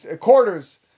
quarters